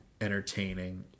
entertaining